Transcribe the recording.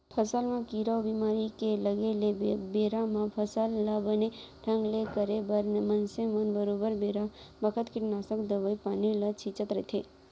फसल म कीरा अउ बेमारी के लगे ले बेरा म फसल ल बने ढंग ले करे बर मनसे मन बरोबर बेरा बखत कीटनासक दवई पानी ल छींचत रथें